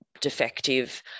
defective